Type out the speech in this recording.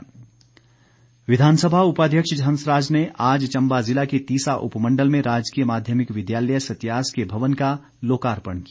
हंसराज विधानसभा उपाध्यक्ष हंसराज ने आज चंबा जिला के तीसा उपमंडल में राजकीय माध्यमिक विद्यालय सत्यास के भवन का लोकार्पण किया